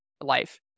life